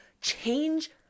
change